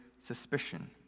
suspicion